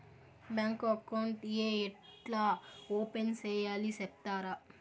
Bank account ఏ ఎట్లా open సేయాలి సెప్తారా?